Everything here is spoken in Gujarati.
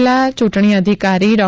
જિલ્લા ચૂંટણી અધિકારો ડો